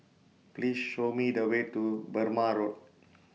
Please Show Me The Way to Burmah Road